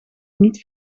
niet